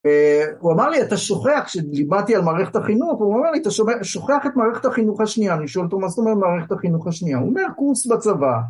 הוא אמר לי, אתה שוכח, כשדיברתי על מערכת החינוך, הוא אמר לי, אתה שוכח את מערכת החינוך השנייה, אני שואל אותו מה זאת אומרת מערכת החינוך השנייה, הוא אומר קורס בצבא.